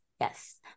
yes